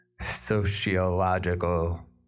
sociological